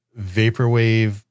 Vaporwave